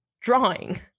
drawing